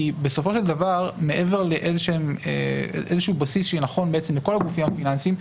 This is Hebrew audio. כי בסופו של דבר מעבר לאיזשהו בסיס שיהיה נכון לכל הגופים הפיננסיים,